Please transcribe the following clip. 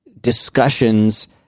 discussions